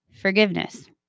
forgiveness